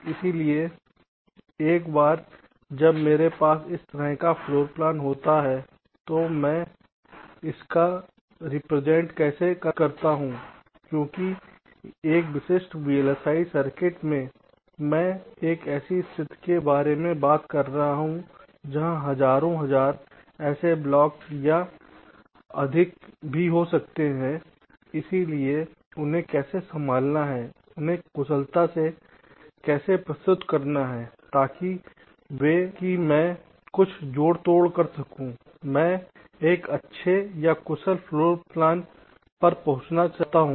इसलिए एक बार जब मेरे पास इस तरह का फ़्लोरप्लान होता है तो मैं इसका रिप्रेजेंट कैसे करता हूं क्योंकि एक विशिष्ट वीएलएसआई सर्किट में मैं एक ऐसी स्थिति के बारे में बात कर रहा हूं जहां हजारों हजार ऐसे ब्लॉक या अधिक भी हो सकते हैं इसलिए उन्हें कैसे संभालना है उन्हें कुशलता से कैसे प्रस्तुत करना है ताकि मैं कुछ जोड़तोड़ कर सकूं मैं एक अच्छे या कुशल फ़्लोरप्लान पर पहुंच सकता हूं